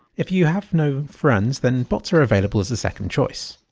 if you have no friends then bots are available as a second choice.